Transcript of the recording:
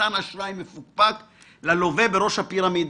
מתן אשראי מפוקפק ללווה בראש הפירמידה,